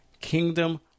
Kingdom